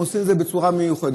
הם עושים את זה בצורה מיוחדת,